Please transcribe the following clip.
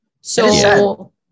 So-